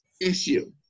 issue